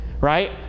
right